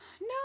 No